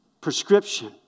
prescription